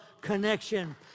connection